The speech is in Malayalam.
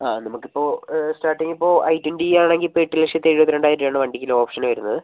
ആ നമുക്കിപ്പോൾ സ്റ്റാർട്ടിംഗ് ഇപ്പോൾ ഐ ട്വൻറ്റി ആണെങ്കിൽ ഇപ്പം എട്ട് ലക്ഷത്തി എഴുപത്രണ്ടായിരം രൂപയാണ് വണ്ടിക്ക് ഇതിൽ ഓപ്ഷന് വരുന്നത്